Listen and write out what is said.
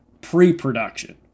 pre-production